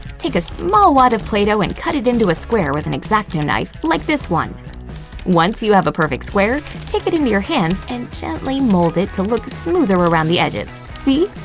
take a small wad of play dough and cut it into a square with an exacto knife like this one once you have a perfect square take it into your hands and gently mold it to look smoother around the edges. see?